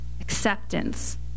Acceptance